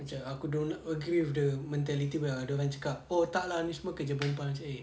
macam aku don't agree with the mentality ah ada orang cakap oh tak lah ni semua kerja perempuan macam eh